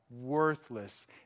worthless